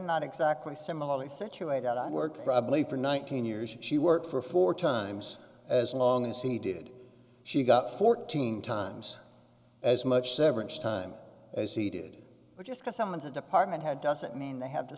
not exactly similarly situated on work probably for nineteen years she worked for four times as long as he did she got fourteen times as much severance time as he did but just because someone's a department head doesn't mean they have the